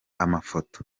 amafoto